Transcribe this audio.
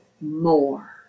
more